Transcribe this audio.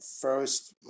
first